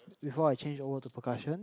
before I change over to percussion